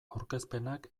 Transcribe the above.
aurkezpenak